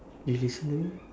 you listening